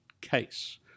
case